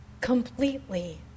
completely